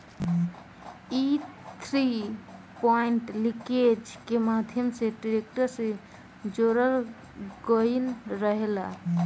इ three point linkage के माध्यम से ट्रेक्टर से जोड़ल गईल रहेला